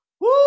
Woo